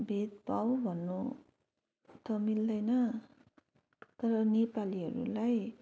भेदभाव भन्नु त मिल्दैन तर नेपालीहरूलाई